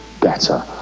better